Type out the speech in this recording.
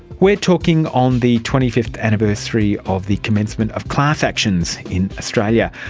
we are talking on the twenty fifth anniversary of the commencement of class actions in australia.